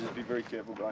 be very careful, guys.